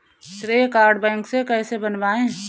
श्रेय card bank से कैसे बनवाएं?